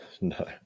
No